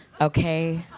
okay